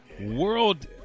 world